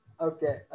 Okay